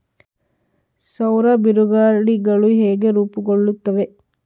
ಸೌರ ಬಿರುಗಾಳಿಗಳು ಹೇಗೆ ರೂಪುಗೊಳ್ಳುತ್ತವೆ?